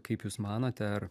kaip jūs manote ar